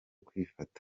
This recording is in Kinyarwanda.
kwifata